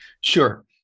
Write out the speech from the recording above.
Sure